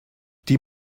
die